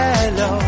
Hello